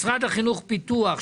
משרד החינוך פיתוח,